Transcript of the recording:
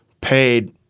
paid